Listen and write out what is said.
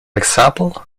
example